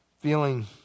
feeling